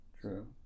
true